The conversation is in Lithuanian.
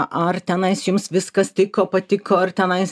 ar tenais jums viskas tiko patiko ar tenais